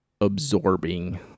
absorbing